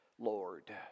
Lord